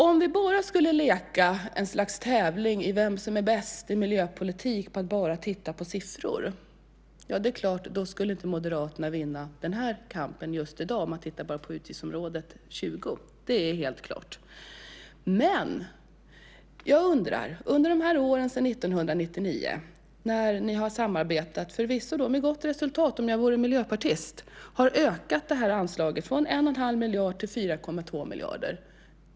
Om vi skulle leka ett slags tävling om vem som är bäst i miljöpolitik genom att bara titta på siffrorna inom utgiftsområde 20 skulle Moderaterna inte vinna kampen just i dag. Det är helt klart. Under åren sedan 1999 har ni samarbetat, förvisso med gott resultat om jag vore miljöpartist, och ökat anslaget från 1 1⁄2 miljard till 4,2 miljarder.